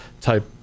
type